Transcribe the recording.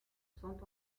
sont